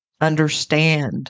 understand